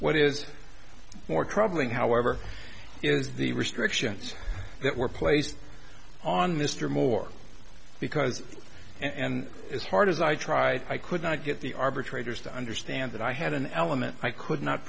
what is more troubling however is the restrictions that were placed on mr moore because and as hard as i tried i could not get the arbitrator's to understand that i had an element i could not